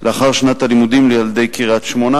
לאחר שנת הלימודים לילדי קריית-שמונה,